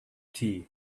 tea